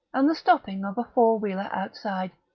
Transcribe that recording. and the stopping of a four-wheeler outside.